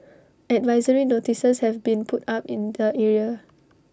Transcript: advisory notices have been put up in the area